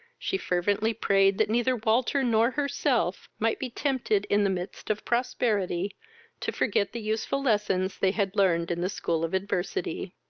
she fervently prayed that neither walter nor herself might be tempted, in the midst of prosperity to forget the useful lessons they had learned in the school of adversity.